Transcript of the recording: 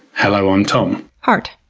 hello, i'm tom. hart.